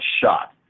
shot